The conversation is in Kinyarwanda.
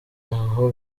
aho